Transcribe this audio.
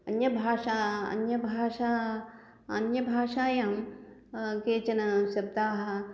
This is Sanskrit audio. अन्यभाषा अन्यभाषा अन्यभाषायां केचन शब्दाः